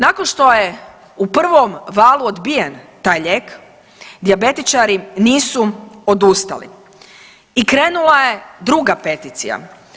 Nakon što je u prvom valu odbijen taj lijek dijabetičari nisu odustali i krenula je druga peticija.